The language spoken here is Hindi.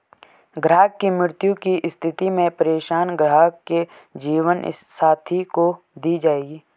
ग्राहक की मृत्यु की स्थिति में पेंशन ग्राहक के जीवन साथी को दी जायेगी